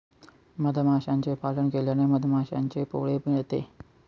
मधमाशांचे पालन केल्याने मधमाशांचे पोळे मिळते